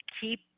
keep